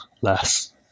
less